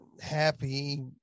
happy